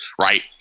right